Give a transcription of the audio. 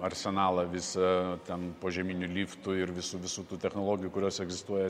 arsenalą visą ten požeminių liftų ir visų visų tų technologijų kurios egzistuoja